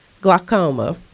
glaucoma